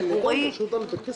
שעון.